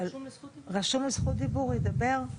אבל רשום לו זכות דיבור, הוא ידבר?